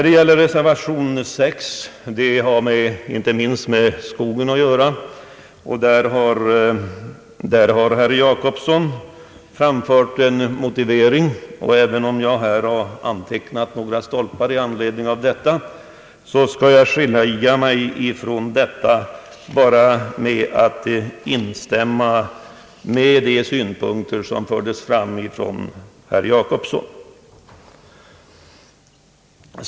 Beträffande reservation nr 6, som inte minst berör skogen, har herr Gösta Jacobsson framfört en motivering, och även om jag har antecknat några stolpar i det sammanhanget skall jag bara instämma i de synpunkter som framförts av herr Jacobsson.